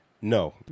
no